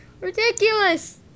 Ridiculous